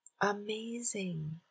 Amazing